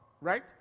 right